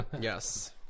Yes